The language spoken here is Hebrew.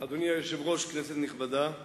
אדוני היושב-ראש, כנסת נכבדה,